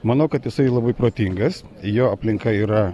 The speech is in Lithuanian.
manau kad jisai labai protingas jo aplinka yra